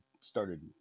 started